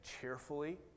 cheerfully